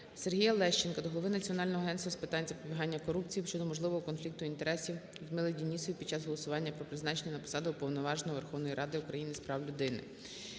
Сергія Лещенка до голови Національного агентства України з питань запобігання корупції щодо можливого конфлікту інтересів Людмили Денісової під час голосування про призначення на посаду Уповноваженого Верховної Ради України з прав людини.